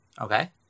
Okay